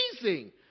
amazing